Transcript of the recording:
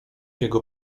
jego